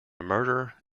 murder